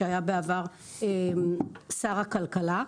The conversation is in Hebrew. שהיה בעבר שר הכלכלה,